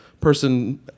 person